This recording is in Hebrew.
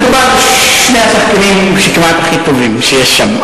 מדובר בשני שחקנים כמעט הכי טובים שיש שם,